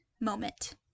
moment